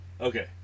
Okay